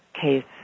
case